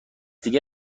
دیگه